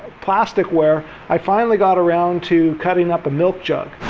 plasticware i finally got around to cutting up a milk jug.